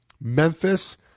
Memphis